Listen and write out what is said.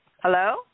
Hello